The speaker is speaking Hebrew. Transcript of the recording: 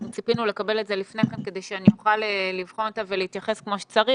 ציפינו לקבל את זה לפני כן כדי שאוכל לבחון אותה ולהתייחס כמו שצריך.